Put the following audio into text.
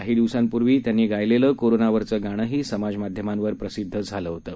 काही दिवसांपूर्वी त्यांनी गायलेलं कोरोनावरचं गाणंही समाजमाध्यमांवर प्रसिद्ध झालं होतं